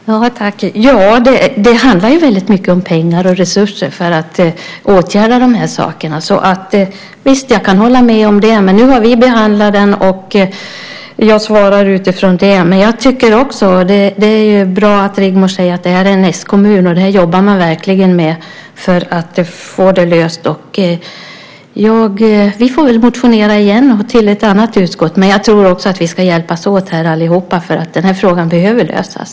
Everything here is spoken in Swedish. Herr talman! Ja, det handlar ju väldigt mycket om pengar och resurser för att åtgärda de här sakerna. Jag kan hålla med om det. Men nu har vi behandlat det, och jag svarar utifrån det. Det är bra att Rigmor säger att detta är en s-kommun och man verkligen jobbar för att lösa problemet. Vi får väl motionera igen till ett annat utskott. Jag tror också att vi ska hjälpas åt allihop. Den här frågan behöver lösas.